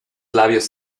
labios